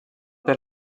per